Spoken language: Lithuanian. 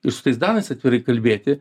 ir su tais danais atvirai kalbėti